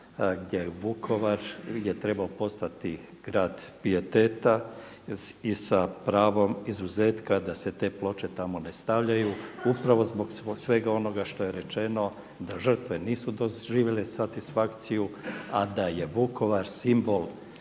gdje Vukovar je trebao postati grad pijeteta i sa pravom izuzetka da se te ploče tamo ne stavljaju upravo zbog svega onoga što je rečeno da žrtve nisu doživjele satisfakciju, a da je Vukovar simbol